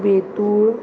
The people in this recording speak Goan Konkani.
बेतूळ